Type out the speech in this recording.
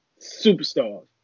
superstars